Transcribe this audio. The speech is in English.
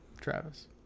Travis